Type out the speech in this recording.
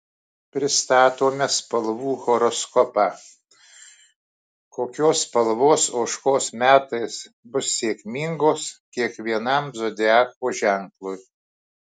pristatome spalvų horoskopą kokios spalvos ožkos metais bus sėkmingos kiekvienam zodiako ženklui